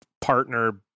partner